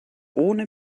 ohne